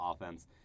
offense